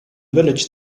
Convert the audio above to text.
village